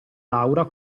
laura